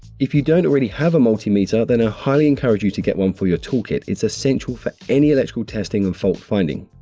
if you don't already have a multimeter then i highly encourage you to get one for your toolkit. it's essential for any electrical testing and fault-finding.